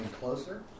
closer